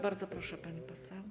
Bardzo proszę, pani poseł.